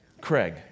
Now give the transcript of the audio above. Craig